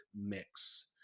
mix